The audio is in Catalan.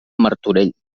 martorell